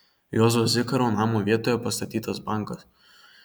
juozo zikaro namo vietoje pastatytas bankas